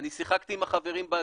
אני שיחקתי עם החברים בגינה,